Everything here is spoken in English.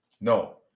no